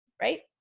right